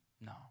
No